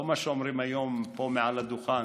לא מה שאומרים היום פה, מעל הדוכן,